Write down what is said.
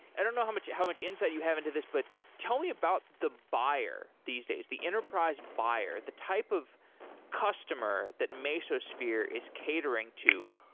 i don't know how much how much insight you have into this, but tell me about the buyer these days, the enterprise buyers, the type of customer that mesosphere is catering to.